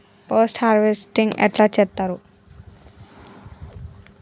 Post harvesting ఎట్ల చేత్తరు?